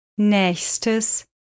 Nächstes